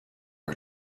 her